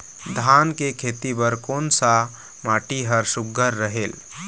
धान के खेती बर कोन सा माटी हर सुघ्घर रहेल?